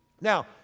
Now